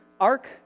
ark